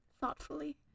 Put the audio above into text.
thoughtfully